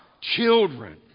children